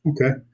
Okay